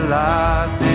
life